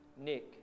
Nick